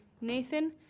Nathan